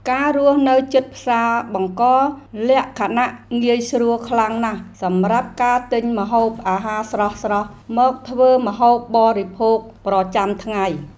ការរស់នៅជិតផ្សារបង្កលក្ខណៈងាយស្រួលខ្លាំងណាស់សម្រាប់ការទិញម្ហូបអាហារស្រស់ៗមកធ្វើម្ហូបបរិភោគប្រចាំថ្ងៃ។